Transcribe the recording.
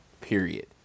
period